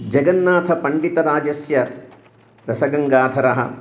जगन्नाथपण्डितराजस्य रसगङ्गाधरः